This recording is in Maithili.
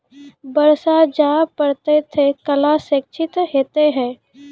बरसा जा पढ़ते थे कला क्षति हेतै है?